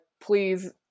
please